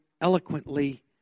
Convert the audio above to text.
eloquently